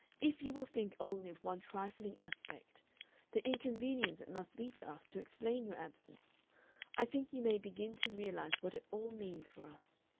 if you will think only of one trifling aspect the inconvenience it must be to us to explain your absence i think you may begin to realize what it all means for us.